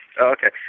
Okay